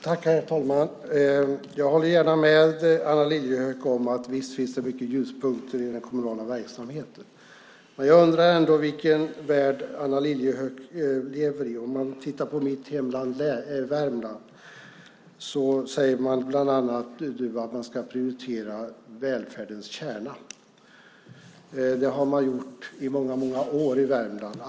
Herr talman! Jag håller gärna med Anna Lilliehöök om att det finns många ljuspunkter i den kommunala verksamheten, men jag undrar ändå vilken värld Anna Lilliehöök lever i. Man kan titta på mitt hemlän Värmland. Du säger bland annat att man ska prioritera välfärdens kärna. Det har man gjort i många år i Värmland.